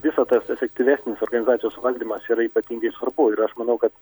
viso tas efektyvesnis organizacijos valdymas yra ypatingai svarbu ir aš manau kad